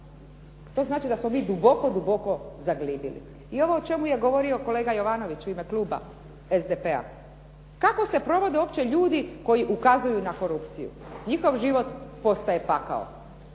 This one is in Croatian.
To znači da smo mi duboko zaglibili. I ovo o čemu je govorio kolega Jovanović u ime kluba SDP-a, kako se provode uopće ljudi koji ukazuju na korupciju. Njihov život postaje pakao